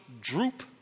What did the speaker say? droop